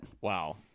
Wow